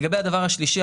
לגבי הדבר השלישי,